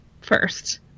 First